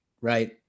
Right